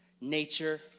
nature